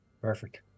Perfect